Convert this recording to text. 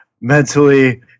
mentally